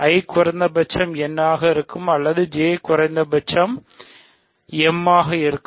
I குறைந்தபட்சம் n ஆக இருக்கும் அல்லது J குறைந்தபட்சம் m ஆக இருக்கும்